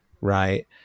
right